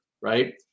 right